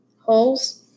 holes